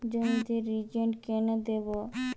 জমিতে রিজেন্ট কেন দেবো?